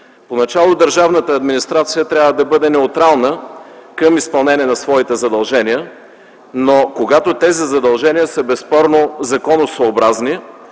Поначало държавната администрация трябва да бъде неутрална при изпълнението на своите задължения, но когато тези задължения са безспорно законосъобразни